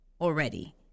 already